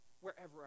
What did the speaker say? wherever